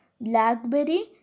Blackberry